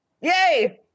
Yay